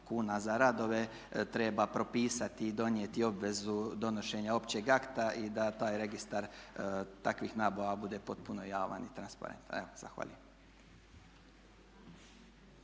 kuna za radove treba propisati i donijeti obvezu donošenja općeg akta i da taj registar takvih nabava bude potpuno javan i transparentan. Evo,